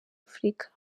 afurika